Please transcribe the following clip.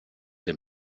den